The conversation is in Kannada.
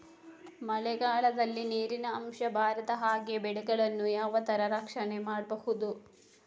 ಮಳೆಗಾಲದಲ್ಲಿ ನೀರಿನ ಅಂಶ ಬಾರದ ಹಾಗೆ ಬೆಳೆಗಳನ್ನು ಯಾವ ತರ ರಕ್ಷಣೆ ಮಾಡ್ಬಹುದು?